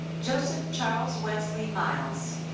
joseph charles wesley miles.